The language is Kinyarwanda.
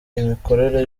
imikorere